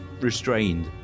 restrained